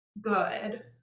good